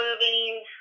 moving